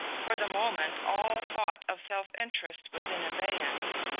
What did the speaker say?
for the moment all thought of self-interest was in abeyance,